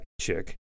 chick